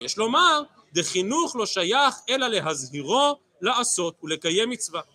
יש לומר, דה חינוך לא שייך אלא להזהירו לעשות ולקיים מצווה.